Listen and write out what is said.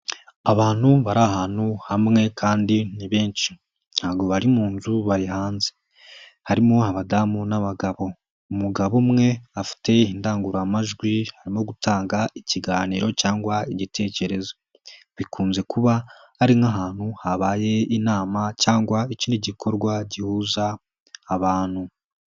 Abantu bari ahantu hamwe kandi ni benshi, ntabwo bari mu nzu bari hanze, harimo abadamu n'abagabo, umugabo umwe afite indangururamajwi arimo gutanga ikiganiro cyangwa igitekerezo, bikunze kuba ari nk'ahantu habaye inama cyangwa ikindi gikorwa, gihuza abantu.